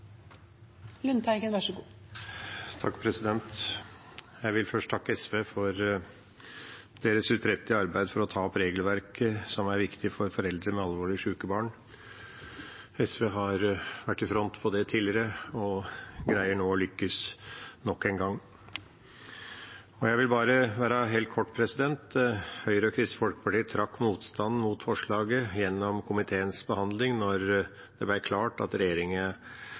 Jeg vil først takke SV for deres utrettelige arbeid for å ta opp regelverket som er viktig for foreldre med alvorlig syke barn. SV har vært i front på det tidligere og greier nå å lykkes nok en gang. Jeg vil være helt kort. Høyre og Kristelig Folkeparti trakk motstanden mot forslaget gjennom komiteens behandling da det ble klart at